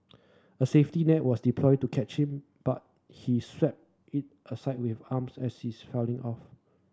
a safety net was deployed to catch him but he swept it aside with arms as he is falling off